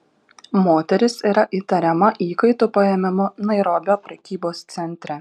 moteris yra įtariama įkaitų paėmimu nairobio prekybos centre